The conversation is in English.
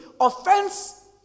Offense